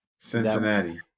Cincinnati